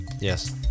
Yes